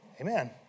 Amen